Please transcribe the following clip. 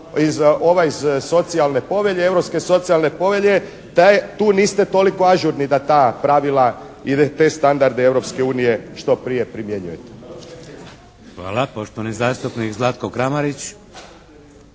iz ovaj iz Socijalne povelje, Europske socijalne povelje da tu niste toliko ažurni da ta pravila i te standarde Europske unije što prije primjenjujete. **Šeks, Vladimir (HDZ)** Hvala. Poštovani zastupnik Zlatko Kramarić.